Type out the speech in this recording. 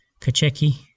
Kacheki